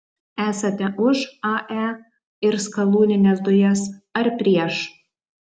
esate už ae ir skalūnines dujas ar prieš